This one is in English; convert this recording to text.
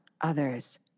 others